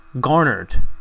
garnered